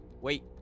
Wait